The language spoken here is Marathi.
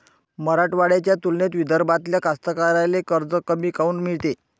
मराठवाड्याच्या तुलनेत विदर्भातल्या कास्तकाराइले कर्ज कमी काऊन मिळते?